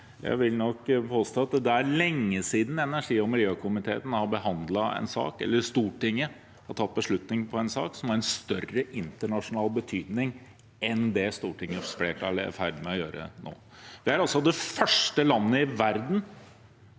Jeg vil nok påstå at det er lenge siden energi- og miljøkomiteen har behandlet en sak, eller Stortinget har tatt beslutning i en sak, som har større internasjonal betydning enn det som er tilfellet med det Stortingets flertall er i ferd med å gjøre nå. Vi er det første landet i verden